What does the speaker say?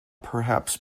perhaps